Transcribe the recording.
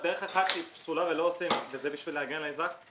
דרך אחת שהיא פסולה וזה בשביל להגן על האזרח: